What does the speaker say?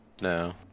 No